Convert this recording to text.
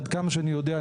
עד כמה שאני יודע,